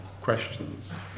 questions